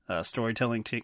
storytelling